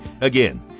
Again